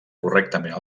correctament